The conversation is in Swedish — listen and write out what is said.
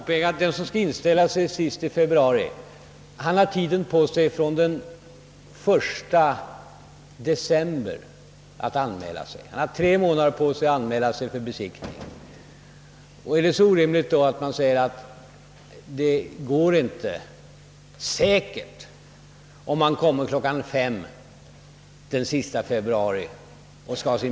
Herr talman! Den som skall inställa sig senast den sista februari kan anmäla sig redan från den 1 december; han har alltså tre månader på sig. Är det då så orimligt att han riskerar att inte få sin bil besiktigad i rätt tid om han anmäler sig kl. 5 den sista februari?